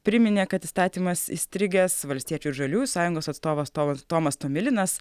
priminė kad įstatymas įstrigęs valstiečių žaliųjų sąjungos atstovas tomas tomas tomilinas